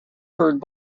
heard